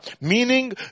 Meaning